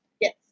Yes